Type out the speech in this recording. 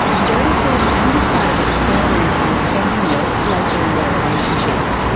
jodie says angus started experimenting with fentanyl later in their relationship.